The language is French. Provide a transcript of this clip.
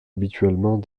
habituellement